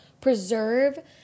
Preserve